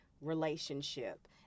relationship